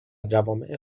جوامع